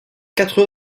quatre